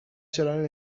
چرا